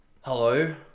hello